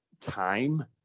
time